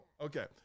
Okay